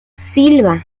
silba